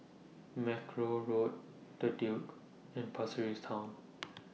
Mackerrow Road The Duke and Pasir Ris Town